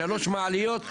שלוש מעליות,